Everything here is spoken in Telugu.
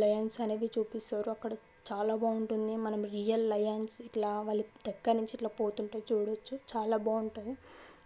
లయన్స్ అనేవి చూపిస్తారు అక్కడ చాలా బాగుంటుంది మనం రియల్ లయన్స్ ఇట్లా వాళ్లు దగ్గర నుంచి ఇట్లా పోతుంటే చూడొచ్చు చాలా బాగుంటది